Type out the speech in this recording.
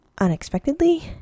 unexpectedly